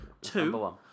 Two